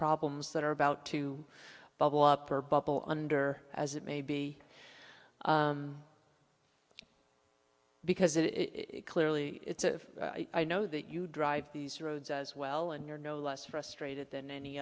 problems that are about to bubble up or bubble under as it may be because it is clearly it's a i know that you drive these roads as well and you're no less frustrated than any